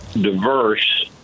diverse